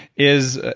is,